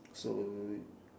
so